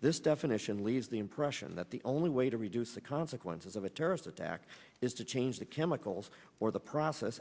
this definition leaves the impression that the only way to reduce the consequences of a terrorist attack is to change the chemicals or the process